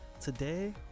today